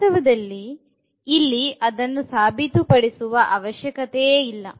ವಾಸ್ತವವಾಗಿ ಇಲ್ಲಿ ಅದನ್ನು ಸಾಬೀತು ಪಡಿಸುವ ಅವಶ್ಯಕತೆಯೇ ಇಲ್ಲ